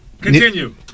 Continue